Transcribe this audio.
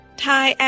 thai